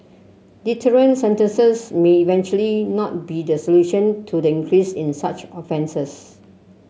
deterrent sentences may eventually not be the solution to the increase in such offences